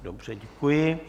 Dobře, děkuji.